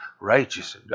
righteous